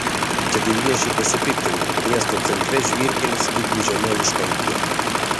kėdainiečiai pasipiktinę miesto centre žvyrkelis lyg gūdžiame užkampyje